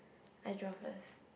I draw first